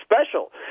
special